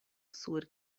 sur